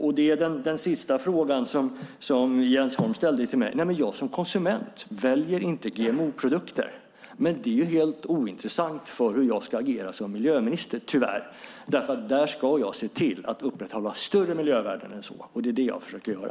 När det gäller den sista frågan som Jens Holm ställde till mig är svaret att jag som konsument inte väljer GMO-produkter, men det är ju tyvärr helt ointressant för hur jag ska agera som miljöminister. Där ska jag nämligen se till att upprätthålla större miljövärden än så, och det är det jag försöker göra.